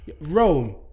Rome